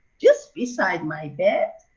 just beside my bed,